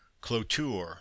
cloture